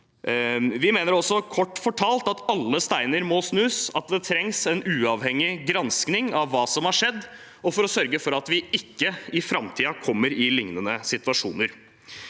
Vi mener også – kort fortalt – at alle steiner må snus, at det trengs en uavhengig gransking av hva som har skjedd, for å sørge for at vi ikke kommer i liknende situasjoner